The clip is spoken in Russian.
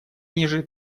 ниже